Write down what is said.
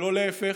ולא להפך.